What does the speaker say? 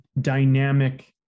dynamic